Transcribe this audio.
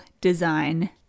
design